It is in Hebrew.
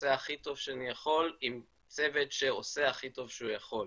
עושה הכי טוב שאני יכול עם צוות שעושה הכי טוב שהוא יכול.